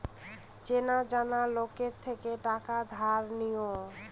চেনা জানা লোকের থেকে টাকা ধার নিও